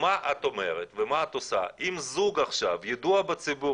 מה את אומרת ומה את עושה אם זוג ידוע בציבור